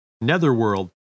Netherworld